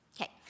Okay